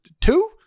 two